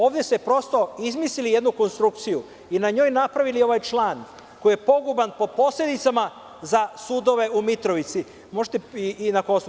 Ovde ste prosto izmislili jednu konstrukciju i na njoj napravili ovaj član koji je poguban po posledicama za sudove u Mitrovici i na Kosovu.